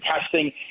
testing